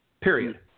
Period